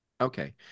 Okay